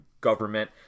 government